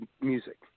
music